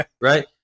right